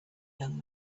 young